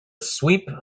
sweep